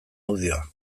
audioa